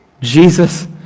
Jesus